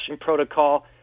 protocol